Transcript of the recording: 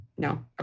No